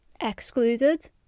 excluded